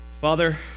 Father